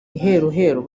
iheruheru